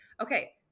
Okay